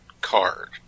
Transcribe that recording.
card